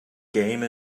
game